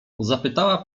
zapytała